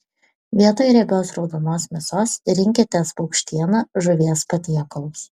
vietoj riebios raudonos mėsos rinkitės paukštieną žuvies patiekalus